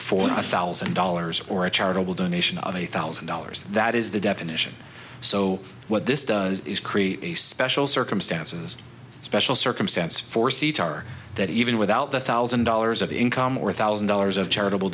for a thousand dollars or a charitable donation of a thousand dollars that is the definition so what this does is create a special circumstances special circumstance for c t r that even without the thousand dollars of income or thousand dollars of charitable